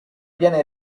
viene